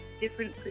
Different